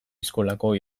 eskolako